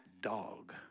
dog